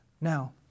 Now